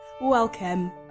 Welcome